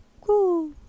Cool